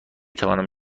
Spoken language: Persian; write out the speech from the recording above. توانم